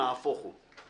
נהפוך הוא.